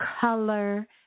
color